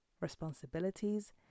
responsibilities